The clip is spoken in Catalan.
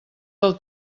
del